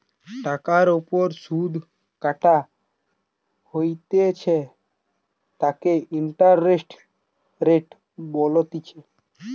টাকার ওপর সুধ কাটা হইতেছে তাকে ইন্টারেস্ট রেট বলতিছে